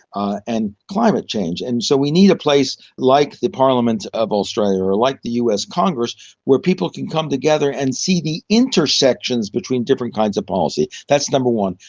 ah and climate change. and so we need a place like the parliament of australia or like the us congress where people can come together and see the intersections between different kinds of policy. that's number one.